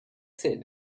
said